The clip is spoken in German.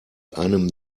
einem